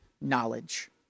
knowledge